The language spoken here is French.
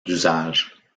d’usage